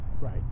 Right